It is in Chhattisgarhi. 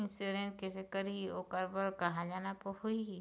इंश्योरेंस कैसे करही, ओकर बर कहा जाना होही?